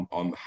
on